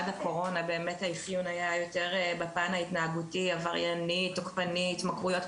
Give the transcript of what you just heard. עד הקורונה האפיון היה יותר בפן ההתנהגותי עברייני תוקפני התמכרויות,